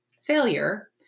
failure